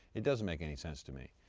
it doesn't make any sense to me.